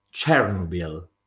Chernobyl